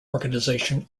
organization